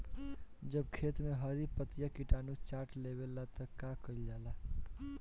जब खेत मे हरी पतीया किटानु चाट लेवेला तऽ का कईल जाई?